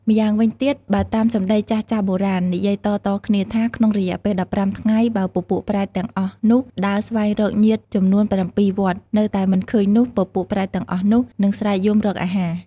ម្យ៉ាងវិញទៀតបើតាមសម្ដីចាស់ៗបុរាណ និយាយតៗគ្នាថា ក្នុងរយៈពេល ១៥ថ្ងៃបើពពួកប្រែតទាំងអស់នោះដើរស្វែងរកញាតិចំនួន៧វត្តនៅតែមិនឃើញនោះ ពពួកប្រែតទាំងអស់នោះ នឹងស្រែកយំរកអាហារ។